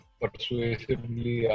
persuasively